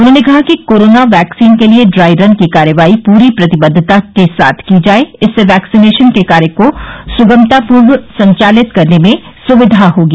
उन्होंने कहा कि कोरोना वैक्सीन के लिये ड्राई रन की कार्रवाई पूरी प्रतिबद्वता से की जाये इससे वैक्सीनेशन के कार्य को सुगमतापूर्वक संचालित करने में सुविधा होगी